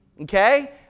Okay